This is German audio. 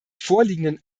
vorliegenden